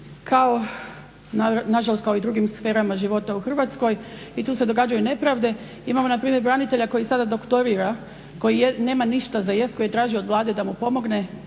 kao i u drugim sferama života u Hrvatskoj i tu se događaju nepravde. Imamo npr. branitelja koji sada doktorira koji nema ništa za jest, koji je tražio od Vlade da mu pomogne.